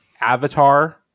avatar